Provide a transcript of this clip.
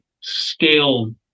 scale